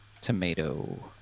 Tomato